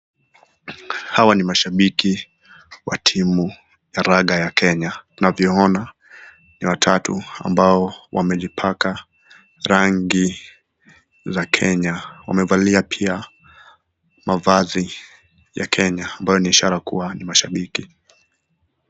Hawa ni mashabiki wa timu ya raga ya Kenya, tunavyoona ni watatu ambao wamejipaka rangi za kenya ,wamevalia pia mavazi ya kenya ambayo ni ishara pia ni mashabiki.